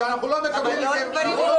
זאת הדרך כשאנחנו לא מקבלים מכם שום דבר.